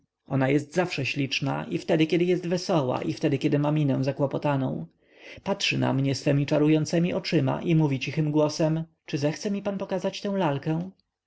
ona jest zawsze śliczna i wtedy kiedy jest wesoła i kiedy ma minę zakłopotaną patrzy na mnie swemi czarującemi oczyma i mówi cichym głosem czy zechce mi pan pokazać tę lalkę